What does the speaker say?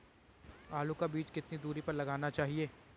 आलू का बीज कितनी दूरी पर लगाना चाहिए?